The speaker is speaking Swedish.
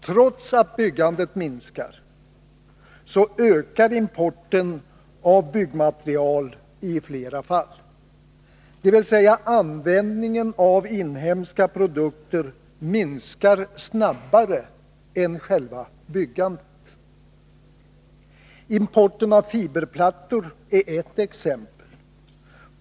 Trots att byggandet minskar ökar importen av byggnadsmaterial i flera fall, dvs. användningen av inhemska produkter minskar snabbare än själva byggandet. Importen av träfiberplattor är ett exempel.